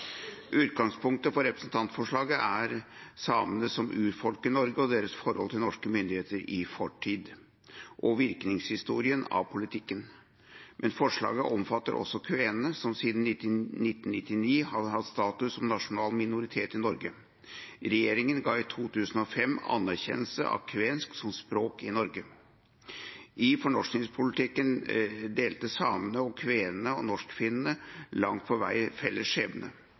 Utgangspunktet for representantforslaget er samene som urfolk i Norge, deres forhold til norske myndigheter i fortid og virkningshistorien av politikken. Men forslaget omfatter også kvenene, som siden 1999 har hatt status som nasjonal minoritet i Norge. Regjeringen ga i 2005 anerkjennelse av kvensk som språk i Norge. I fornorskingspolitikken delte samene og kvenene/norsk-finnene langt på vei felles skjebne.